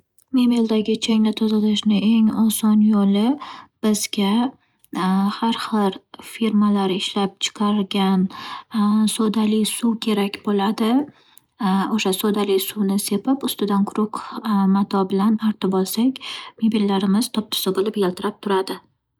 Mebeldagi changni tozalashni eng oson yo'li, bizga har xil firmalar ishlab chiqargan sodali suv kerak bo'ladi. O'sha sodali suvni sepib ustidan quruq mato bilan artib olsak, mebellarimiz top-toza bo'lib yaltirab turadi.